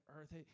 earth